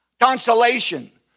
Consolation